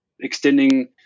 extending